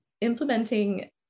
implementing